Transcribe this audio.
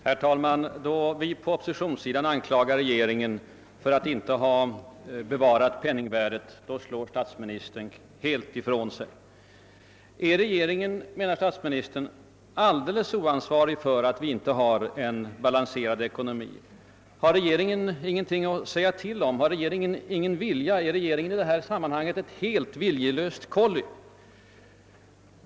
Herr talman! Då vi på oppositionssidan anklagar regeringen för att ha fördärvat penningvärdet, slår statsministern helt ifrån sig. Är regeringen, menar statsministern, alldeles oansvarig för att vi inte har en balanserad ekonomi? Har regeringen ingenting att säga till om? Har regeringen ingen vilja? Är regeringen i detta sammanhang ett helt viljelöst kolli?